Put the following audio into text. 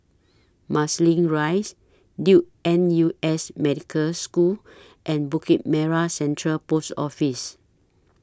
Marsiling Rise Duke N U S Medical School and Bukit Merah Central Post Office